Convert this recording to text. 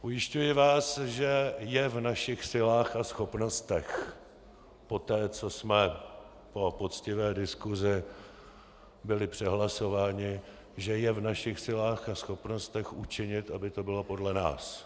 Ujišťuji vás, že je v našich silách a schopnostech, poté co jsme po poctivé diskusi byli přehlasováni, že je v našich silách učinit, aby to bylo podle nás.